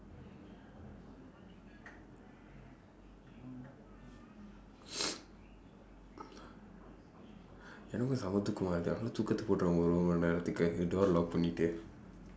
எனக்கும் செம்ம தூக்கமா இருக்கு தூக்கத்த போட்டுவிடுவோமா ஒரு ஒரு மணி நேரத்துக்கு:enakkum semma thuukkamaa irukku thuukkaththa pootduviduvoomaa oru oru mani neeraththukku doorae lock பண்ணிட்டு:pannitdu